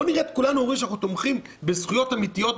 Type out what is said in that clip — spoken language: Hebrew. בואו נראה את כולנו אומרים שאנחנו תומכים בזכויות אמיתיות,